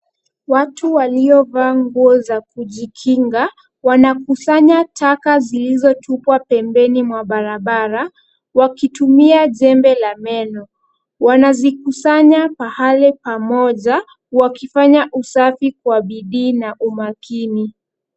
Watu waliovaa nguo za kujikinga, wanakusanya taka zilizotupwa pembeni mwa barabara wakitumia jembe la meno. Wanazikusanya pahali pamoja, wakifanya usafi kwa bidii na umakini.